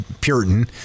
Puritan